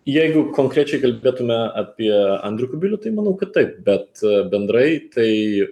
jeigu konkrečiai kalbėtume apie andrių kubilių tai manau kad taip bet bendrai tai